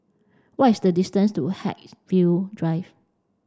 what is the distance to Haigsville Drive